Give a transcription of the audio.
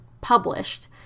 published